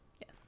Yes